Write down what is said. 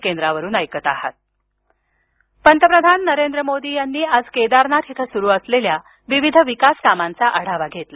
केदारनाथ पंतप्रधान नरेंद्र मोदी यांनी आज केदारनाथ इथं सुरू असलेल्या विविध विकास कामांचा आढावा घेतला